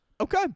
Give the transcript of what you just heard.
Okay